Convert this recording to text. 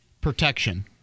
protection